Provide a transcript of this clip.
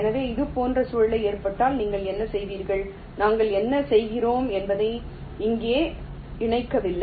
எனவே இதுபோன்ற சூழ்நிலை ஏற்பட்டால் நீங்கள் என்ன செய்கிறீர்கள் நாங்கள் என்ன செய்கிறோம் என்பதை இங்கே இணைக்கவில்லை